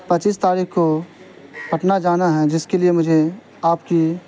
پچیس تاریخ کو پٹنہ جانا ہے جس کے لیے مجھے آپ کی